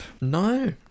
No